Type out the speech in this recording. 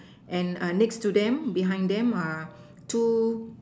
and err next to them behind them are two